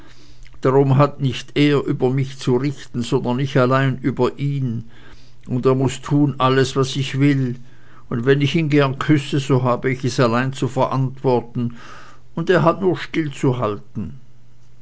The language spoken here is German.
drum hat nicht er über mich zu richten sondern ich allein über ihn und er muß tun alles was ich will und wenn ich ihn gern küsse so habe ich es allein zu verantworten und er hat nur